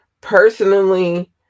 personally